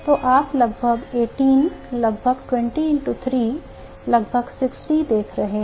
तो आप लगभग 18 लगभग 203 लगभग 60 देख रहे हैं